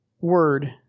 word